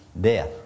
death